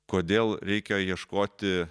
kodėl reikia ieškoti